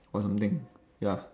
or something ya